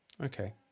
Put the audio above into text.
Okay